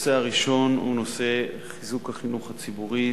הנושא הראשון הוא חיזוק החינוך הציבורי,